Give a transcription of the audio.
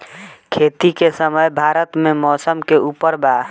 खेती के समय भारत मे मौसम के उपर बा